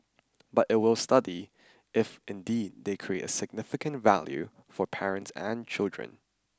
but it will study if indeed they create a significant value for parents and children